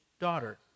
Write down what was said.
daughter